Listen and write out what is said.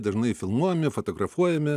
dažnai filmuojami fotografuojami